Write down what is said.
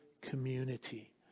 community